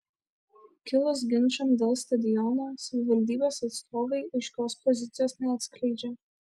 kilus ginčams dėl stadiono savivaldybės atstovai aiškios pozicijos neatskleidžia